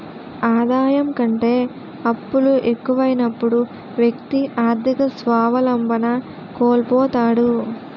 ఆదాయం కంటే అప్పులు ఎక్కువైనప్పుడు వ్యక్తి ఆర్థిక స్వావలంబన కోల్పోతాడు